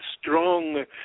strong